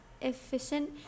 efficient